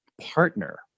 partner